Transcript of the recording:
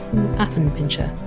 affenpinscher.